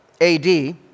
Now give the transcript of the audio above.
AD